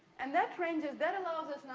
and that ranges. that allows us, now,